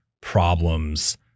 problems